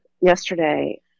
yesterday